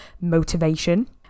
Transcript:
motivation